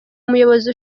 umuyobozi